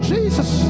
Jesus